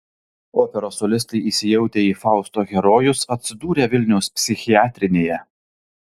operos solistai įsijautę į fausto herojus atsidūrė vilniaus psichiatrinėje